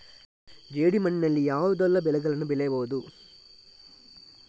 ಜೇಡಿ ಮಣ್ಣಿನಲ್ಲಿ ಯಾವುದೆಲ್ಲ ಬೆಳೆಗಳನ್ನು ಬೆಳೆಯಬಹುದು?